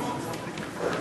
בבקשה, אדוני.